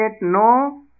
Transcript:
no